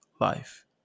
life